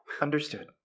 Understood